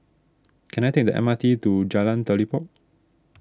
can I take the M R T to Jalan Telipok